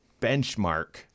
benchmark